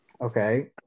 okay